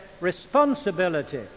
responsibility